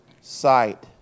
sight